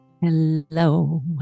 Hello